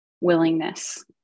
willingness